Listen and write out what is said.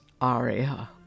aria